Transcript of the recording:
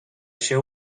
się